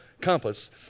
compass